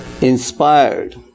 inspired